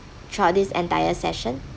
throughout this entire session